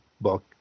book